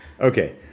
okay